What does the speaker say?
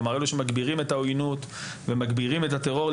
כלומר אלו שמגבירים את העוינות ומגבירים את הטרור,